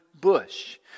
bush